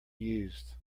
used